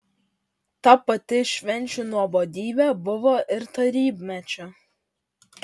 ta pati švenčių nuobodybė buvo ir tarybmečiu